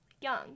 young